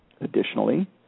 Additionally